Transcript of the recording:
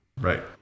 Right